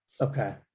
Okay